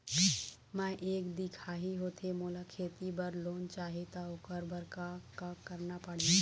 मैं एक दिखाही होथे मोला खेती बर लोन चाही त ओकर बर का का करना पड़ही?